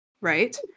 Right